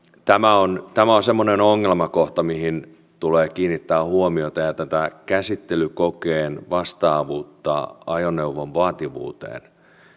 tämä on tämä on semmoinen ongelmakohta mihin tulee kiinnittää huomiota ja tähän käsittelykokeen vastaavuuteen ajoneuvon vaativuuteen